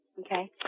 Okay